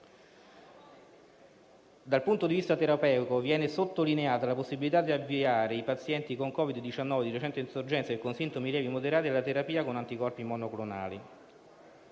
Dal punto di vista terapeutico, viene sottolineata la possibilità di avviare i pazienti con Covid-19 di recente insorgenza e con sintomi lievi e moderati alla terapia con anticorpi monoclonali.